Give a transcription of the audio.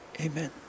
Amen